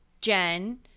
Jen